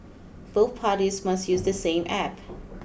both parties must use the same App